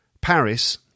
Paris